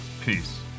peace